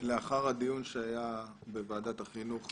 לאחר הדיון שהיה בוועדת החינוך,